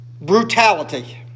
Brutality